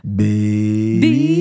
baby